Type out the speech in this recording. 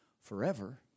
forever